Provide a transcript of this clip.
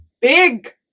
big